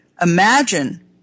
imagine